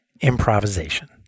improvisation